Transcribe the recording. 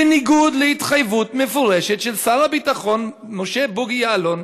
בניגוד להתחייבות מפורשת של שר הביטחון משה בוגי יעלון,